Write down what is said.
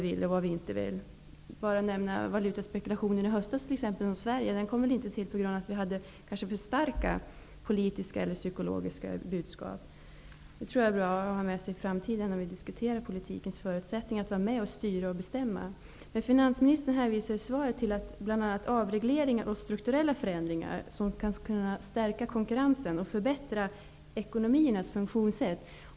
Valutaspekulationen i Sverige i höstas, t.ex., utlöstes väl inte av för starka politiska eller psykologiska budskap. Det är bra att ha med sig i bagaget när vi i framtiden skall diskutera de politiska förutsättningarna för att kunna vara med att styra och bestämma. Finansministern hänvisade i svaret bl.a. till att avregleringar och strukturella förändringar skall bidra till att stärka konkurrensen och förbättra ekonomiernas funktionssätt.